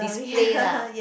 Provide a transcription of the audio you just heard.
display lah